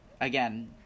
again